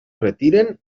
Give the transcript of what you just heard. retiren